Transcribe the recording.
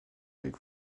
avec